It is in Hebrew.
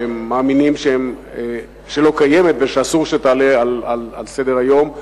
שהם מאמינים שלא קיימת ושאסור שתעלה על סדר-היום,